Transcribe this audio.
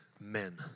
men